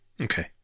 Okay